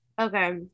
okay